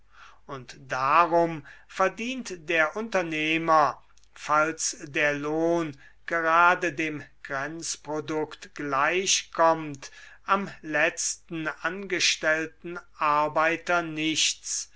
und darum verdient der unternehmer falls der lohn gerade dem grenzprodukt gleichkommt am letzten angestellten arbeiter nichts